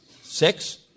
Six